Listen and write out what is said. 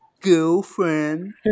girlfriend